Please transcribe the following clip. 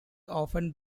often